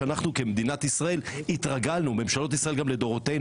שאנחנו כמדינת ישראל התרגלנו מדינות ישראל לדורותיהן